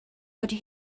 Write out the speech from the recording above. ydy